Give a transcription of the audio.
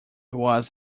was